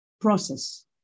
process